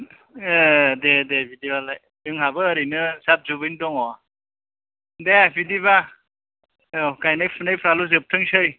ए दे दे बिदिब्ला लाय जोंहाबो ओरैनो जाब जुबैनो दङ दे बिदिबा गाइनाय फुनायफ्राल' जोबथोंसै